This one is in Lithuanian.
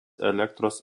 elektros